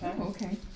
Okay